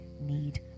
need